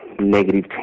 negative